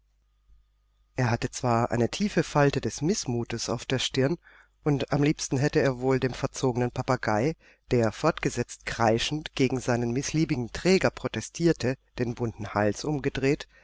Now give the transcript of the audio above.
er hatte zwar eine tiefe falte des mißmutes auf der stirn und am liebsten hätte er wohl dem verzogenen papagei der fortgesetzt kreischend gegen seinen mißliebigen träger protestierte den bunten hals umgedreht